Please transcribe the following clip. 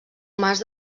mas